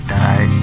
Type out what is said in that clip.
die